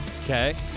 Okay